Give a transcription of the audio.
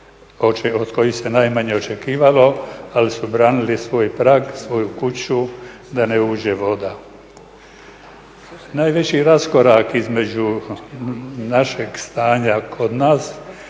od kojih se najmanje očekivalo ali su branili svoj prag, svoju kuću da ne uđe voda. Najveći raskorak između našeg stanja kod nas